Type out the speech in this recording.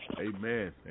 amen